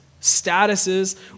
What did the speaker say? statuses